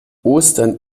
ostern